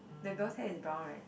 the girl's hair is brown right